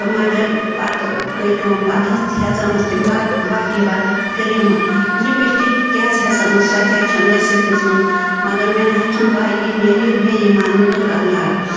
تہٕ مگر پتہٕ گٔے کٲم پتہٕ حظ ہیژامس تِم باقی باقی کریمہٕ لِپسٹک کیٛاہ حظ یٖژامس سَہ تہٕ حظ چھَنہٕ ؤسِتھ دِژمٕژ مگر مےٚ نَہ حظ چھِنہٕ پاے یہِ نیرِ یُتھ بے ایمان یہِ دُکان دار